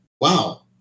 wow